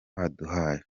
waduhaye